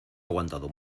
aguantado